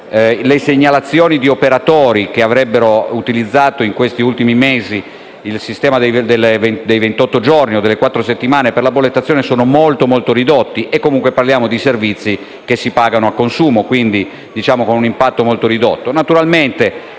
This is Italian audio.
le segnalazioni di operatori che avrebbero utilizzato negli ultimi mesi il sistema dei ventotto giorni o delle quattro settimane per la bollettazione si sono molto ridotte, e comunque parliamo di servizi che si pagano a consumo, e quindi con impatto molto ridotto.